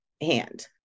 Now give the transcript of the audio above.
hand